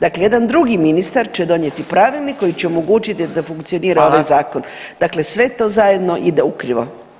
Dakle, jedan drugi ministar će donijeti pravilnik koji će omogućiti da funkcionira ovaj zakon [[Upadica Radin: Hvala.]] dakle, sve to zajedno ide u krivo.